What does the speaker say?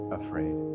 afraid